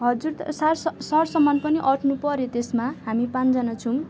हजुर sir sir सामान पनि अँट्नु पऱ्यो त्यसमा हामी पाँचजना छौँ